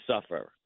suffer